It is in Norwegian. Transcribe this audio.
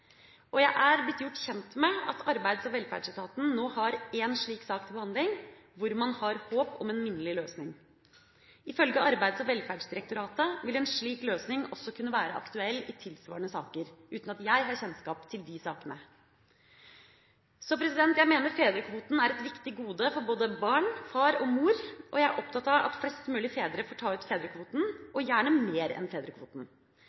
Jeg er blitt gjort kjent med at Arbeids- og velferdsetaten nå har en slik sak til behandling, hvor man har håp om en minnelig løsning. Ifølge Arbeids- og velferdsdirektoratet vil en slik løsning også være aktuell i tilsvarende saker, uten at jeg har kjennskap til de sakene. Jeg mener fedrekvoten er et viktig gode for både barn, far og mor, og jeg er opptatt av at flest mulig fedre får ta ut fedrekvoten – og gjerne mer enn fedrekvoten.